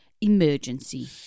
emergency